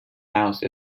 house